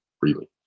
freely